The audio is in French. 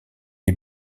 est